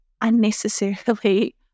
unnecessarily